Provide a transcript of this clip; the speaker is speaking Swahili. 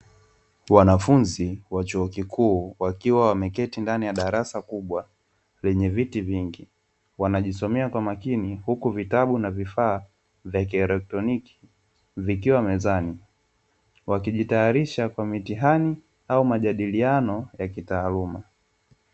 Wanafunzi wa chuo kikuu wakiwa wameketi ndani ya darasa kubwa lenye viti vingi. Wanajisomea kwa makini, huku vitabu na vifaa vya kielektroniki vikiwa mezani, wakijitayarisha kwa mitihani au majadiliano ya kitaaluma.